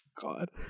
God